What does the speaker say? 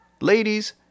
Ladies